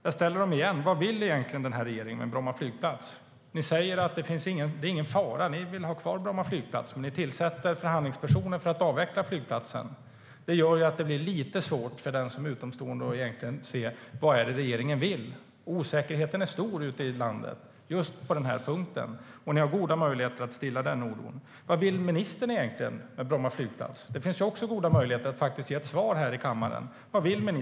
Jag ställer dem igen: Vad vill egentligen den här regeringen med Bromma flygplats? Ni säger att det inte är någon fara, att ni vill ha kvar Bromma flygplats, men ni tillsätter förhandlingspersoner för att avveckla flygplatsen. Det gör att det blir lite svårt för en utomstående att se vad det är regeringen vill. Osäkerheten är stor ute i landet just på den här punkten, och ni har goda möjligheter att stilla den oron. Vad vill ministern själv egentligen med Bromma flygplats? Det finns goda möjligheter att ge ett svar här i kammaren.